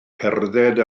cerdded